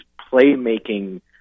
playmaking